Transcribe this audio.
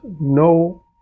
no